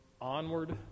Onward